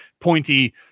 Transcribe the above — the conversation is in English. pointy